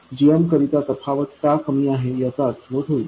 gm करिता तफावत का कमी आहे याचा अर्थबोध होईल